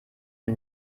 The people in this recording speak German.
mir